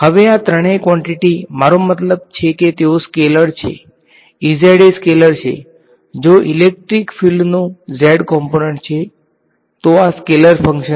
હવે આ ત્રણેય કવોંટીટી મારો મતલબ છે કે તેઓ સ્કેલર છે એ સ્કેલર છે જો ઇલેક્ટ્રિક ફિલ્ડનો z કોમ્પોનંટ છે તો આ સ્કેલર ફંક્શન છે